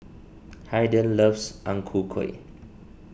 Haiden loves Ang Ku Kueh